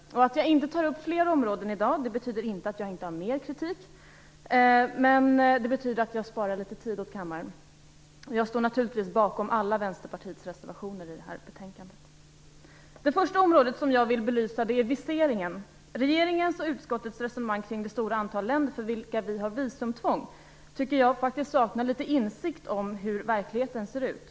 Att jag inte tar upp fler områden i dag betyder inte att jag inte har mer kritik, men jag spar tid åt kammaren. Jag står naturligtvis bakom alla Det första området som jag vill belysa är viseringen. Regeringens och utskottets resonemang kring det stora antal länder för vilka vi har visumtvång visar att man saknar insikt om hur verkligheten ser ut.